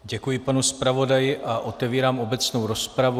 Děkuji panu zpravodaji a otevírám obecnou rozpravu.